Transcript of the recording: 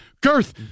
Girth